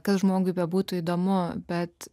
kad žmogui bebūtų įdomu bet